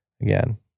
Again